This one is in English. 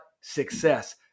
success